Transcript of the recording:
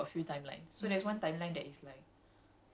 actually no that that timeline the the plot was okay